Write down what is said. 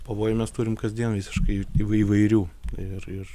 pavojų mes turim kasdien visiškai įvai įvairių ir ir